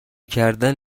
کردن